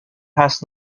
has